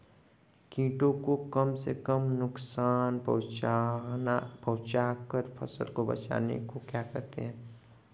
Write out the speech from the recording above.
कीटों को कम से कम नुकसान पहुंचा कर फसल को बचाने को क्या कहते हैं?